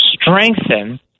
strengthen